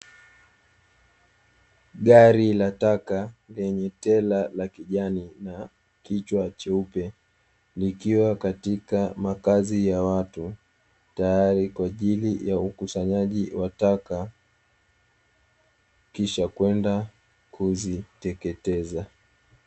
Gari la taka lenye tela la kijani na kichwa cheupe, likiwa katika makazi ya watu, tayari kwa ajili ya ukusanyaji wa taka, kisha kwenda kuziteketeza.